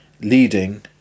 Leading